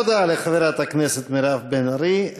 תודה לחברת הכנסת מירב בן ארי.